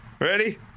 Ready